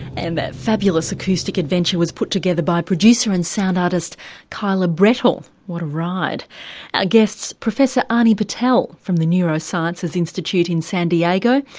and that fabulous acoustic adventure was put together by producer and sound artist kyla brettle, what a ride. our guests professor ani patel from the neurosciences institute in san diego,